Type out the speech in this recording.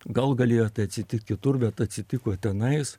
gal galėjo atsitikt kitur bet atsitiko tenais